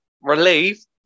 relieved